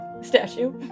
statue